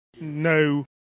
no